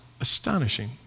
astonishing